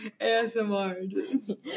ASMR